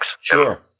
Sure